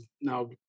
now